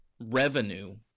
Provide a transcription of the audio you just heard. revenue